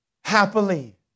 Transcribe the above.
happily